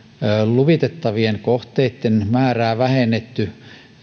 luvitettavien kohteiden määrää vähennetty